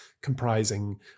comprising